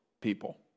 people